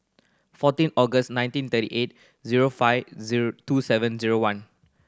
fourteen August nineteen thirty eight zero five zero two seven zero one